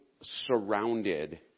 surrounded